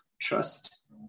trust